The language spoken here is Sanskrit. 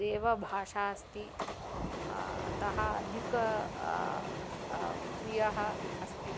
देवभाषा अस्ति अतः अधिकः प्रियः अस्ति